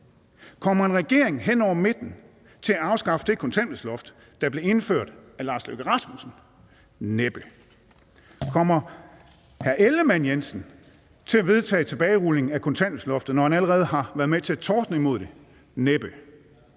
Kommer en regering hen over midten til at afskaffe det kontanthjælpsloft, der blev indført af hr. Lars Løkke Rasmussen? Næppe. Kommer hr. Jakob Ellemann-Jensen til at vedtage tilbagerulning af kontanthjælpsloftet, når han allerede har været med til at tordne imod dette? Næppe.